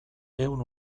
ehun